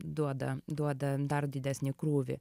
duoda duoda dar didesnį krūvį